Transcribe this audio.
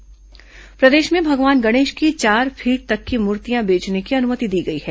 गणेश मूर्ति अनुमति प्रदेश में भगवान गणेश की चार फीट तक की मूर्तियां बेचने की अनुमति दी गई है